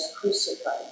crucified